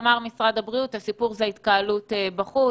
משרד הבריאות אומר שהסיפור זה ההתקהלות בחוץ,